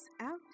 out